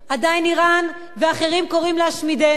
עדיין אירן ואחרים קוראים להשמידנו.